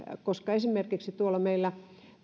koska esimerkiksi meillä